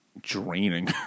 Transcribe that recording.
draining